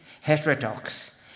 heterodox